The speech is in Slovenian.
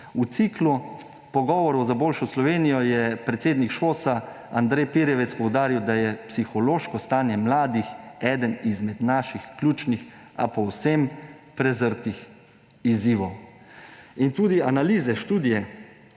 V ciklu Pogovorov za boljšo Slovenijo je predsednik ŠOS Andrej Pirjevec poudaril, da je psihološko stanje mladih eden izmed naših ključnih, a povsem prezrtih izzivov. In tudi analize, študije